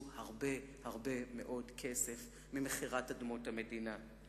הרבה הרבה מאוד כסף מקניית אדמות המדינה ומכירתן.